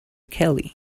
kelly